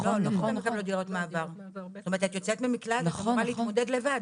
זאת אומרת, את יודעת ממקלט ואת אמורה להתמודד לבד.